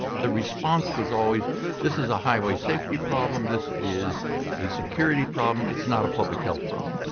the response was always this is a highway safety problem, this is a security problem, it's not a public health problem.